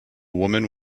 woman